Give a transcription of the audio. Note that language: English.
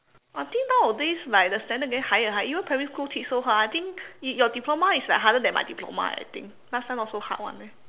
I think nowadays like the standard getting higher and higher even primary school teach so high I think your diploma is like harder than my diploma eh I think last time not so hard [one] eh